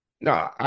No